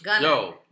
Yo